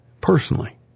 personally